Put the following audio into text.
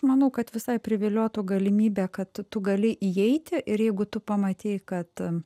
manau kad visai priviliotų galimybė kad tu gali įeiti ir jeigu tu pamatei kad